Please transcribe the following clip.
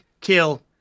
kill